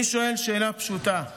אני שואל שאלה פשוטה: